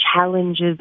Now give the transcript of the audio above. challenges